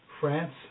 France